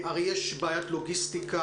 אני מבקש, מספיק.